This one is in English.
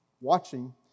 watching